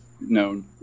known